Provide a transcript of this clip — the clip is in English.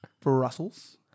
Brussels